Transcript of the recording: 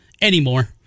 anymore